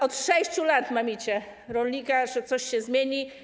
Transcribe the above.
Od 6 lat mamicie rolnika, że coś się zmieni.